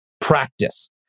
practice